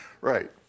Right